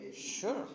Sure